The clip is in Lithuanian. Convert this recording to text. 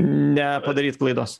nepadaryt klaidos